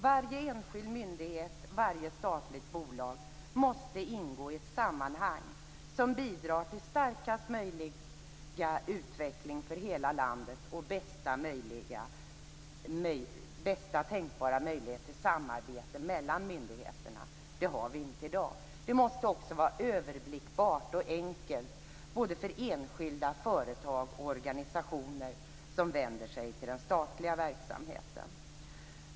Varje enskild myndighet, varje statligt bolag, måste ingå i ett sammanhang som bidrar till starkast möjliga utveckling för hela landet och bästa tänkbara möjlighet till samarbete mellan myndigheterna. Det har vi inte i dag. Det måste också vara överblickbart och enkelt för både enskilda företag och organisationer som vänder sig till den statliga verksamheten.